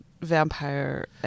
vampire